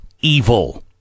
evil